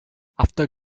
after